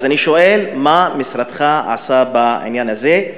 אז אני שואל, מה משרדך עשה בעניין הזה?